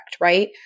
right